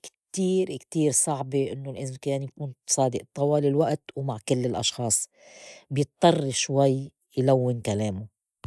كتير كتير صعبة إنّو الإنسان يكون صادئ طوال الوئت ومع كل الأشخاص بيضطر شوي يلوّن كلامو.